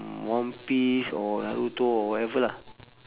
mm one piece or naruto or whatever lah